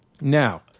Now